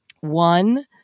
One